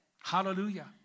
Hallelujah